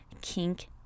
Kink